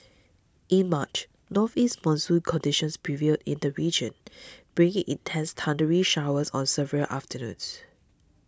in March northeast monsoon conditions prevailed in the region bringing intense thundery showers on several afternoons